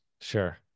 Sure